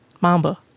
Mamba